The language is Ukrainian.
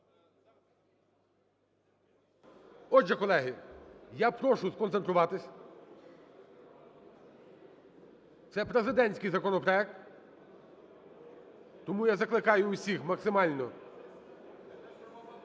Отже, колеги, я прошу сконцентруватись. Це президентський законопроект. Тому я закликаю всіх максимально